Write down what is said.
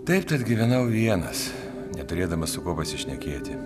taip tad gyvenau vienas neturėdamas su kuo pasišnekėti